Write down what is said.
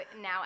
now